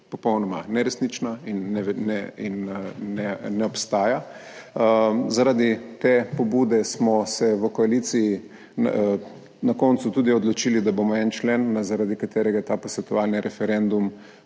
popolnoma neresnična in ne obstaja. Zaradi te pobude smo se v koaliciji na koncu tudi odločili, da bomo en člen, zaradi katerega je bil ta posvetovalni referendum